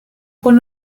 con